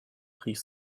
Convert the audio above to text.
rief